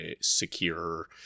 secure